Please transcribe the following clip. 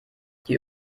die